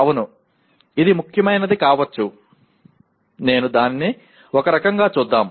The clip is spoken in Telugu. అవును ఇది ముఖ్యమైనది కావచ్చు నేను దానిని ఒక రకంగా చూద్దాం